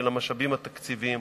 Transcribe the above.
של המשאבים התקציביים.